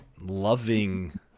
loving